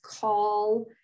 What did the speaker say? call